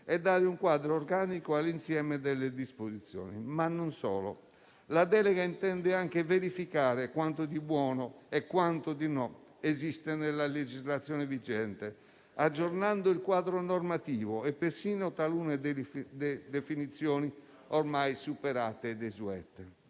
e dare un quadro organico all'insieme delle disposizioni. La delega intende verificare, inoltre, quanto di buono e quanto di cattivo esiste nella legislazione vigente aggiornando il quadro normativo e persino talune definizioni ormai superate e desuete.